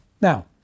Now